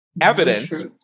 evidence